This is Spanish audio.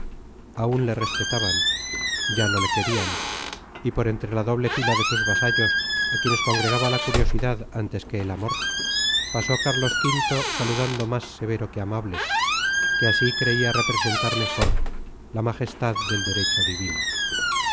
aún le respetaban ya no le querían y por entre la doble fila de sus vasallos a quienes congregaba la curiosidad antes que el amor pasó carlos v saludando más severo que amable que así creía representar mejor la majestad del derecho divino